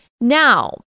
Now